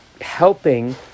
helping